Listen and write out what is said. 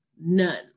None